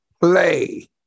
play